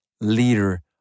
leader